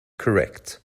correct